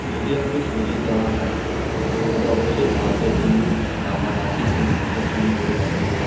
যদি আমাকে সুযোগ দেওয়া হয় তাহলে অবশ্যই ভারতের জন্য বা আমার রাজ্যের জন্য কিছু একটা আমি করে দেখাব